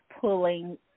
pulling